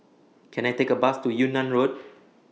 Can I Take A Bus to Yunnan Road